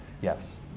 yes